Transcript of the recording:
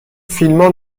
فیلما